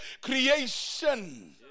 creation